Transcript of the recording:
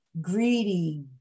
greedy